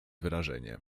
wyrażenie